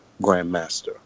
Grandmaster